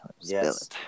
yes